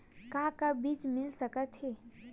का का बीज मिल सकत हे?